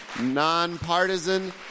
nonpartisan